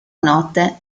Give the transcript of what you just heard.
note